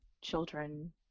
children